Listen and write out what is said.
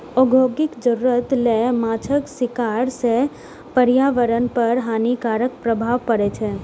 औद्योगिक जरूरत लेल माछक शिकार सं पर्यावरण पर हानिकारक प्रभाव पड़ै छै